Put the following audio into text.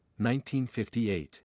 1958